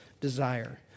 desire